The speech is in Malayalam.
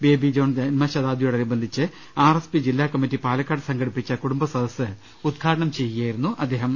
ബേബി ജോൺ ജന്മശതാബ്ദിയോടനുബന്ധിച്ച് ആർ എസ് പി ജില്ലാ കമ്മിറ്റി പാലക്കാട് സംഘടി പ്പിച്ച കുടുംബ സദസ്സ് ഉദ്ഘാടനം ചെയ്യുകയായിരുന്നു അദ്ദേഹം